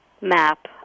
map